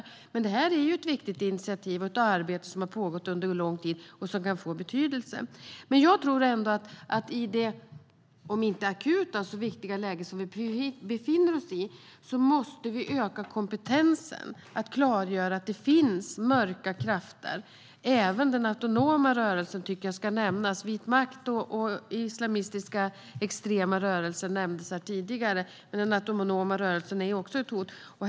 Men det här är ett viktigt initiativ och ett arbete som har pågått under lång tid och som kan få betydelse. Jag tror ändå att i det om inte akuta men ändå viktiga läge vi befinner oss i måste vi öka kompetensen och klargöra att det finns mörka krafter. Även den autonoma rörelsen tycker jag ska nämnas. Vit makt och islamistiska extrema rörelser nämndes här tidigare. Men den autonoma rörelsen är också ett hot.